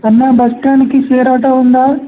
అన్నా బస్ స్టాండ్కి share auto ఉందా